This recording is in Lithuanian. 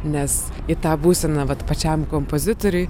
nes į tą būseną vat pačiam kompozitoriui